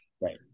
Right